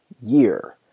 year